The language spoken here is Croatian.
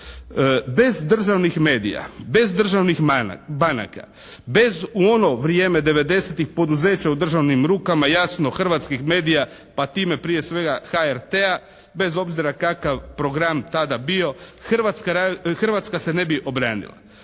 Bez državnih medija, bez državnih banaka, bez u ono vrijeme devedesetih poduzeća u državnim rukama jasno hrvatskih medija pa time prije svega HRT-a bez obzira kakav program tada bio Hrvatska se ne bi obranila.